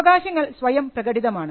അവകാശങ്ങൾ സ്വയം പ്രകടിതമാണ്